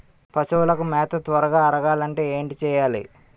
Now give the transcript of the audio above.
పశువులకు మేత త్వరగా అరగాలి అంటే ఏంటి చేయాలి?